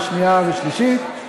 שנייה ושלישית,